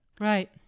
right